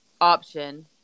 option